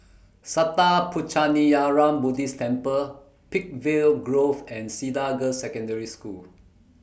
Sattha Puchaniyaram Buddhist Temple Peakville Grove and Cedar Girls' Secondary School